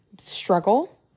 struggle